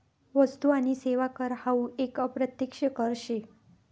वस्तु आणि सेवा कर हावू एक अप्रत्यक्ष कर शे